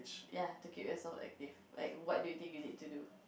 ya to keep yourself active like what do you think you need to do